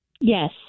Yes